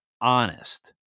honest